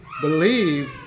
believe